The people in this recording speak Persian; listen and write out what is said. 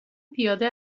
پیاده